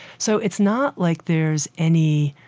so it's not like there's any